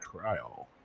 trial